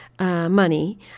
Money